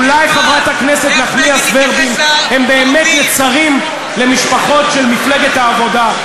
אולי חברת הכנסת נחמיאס ורבין הם באמת נצרים למשפחות של מפלגת העבודה,